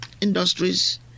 industries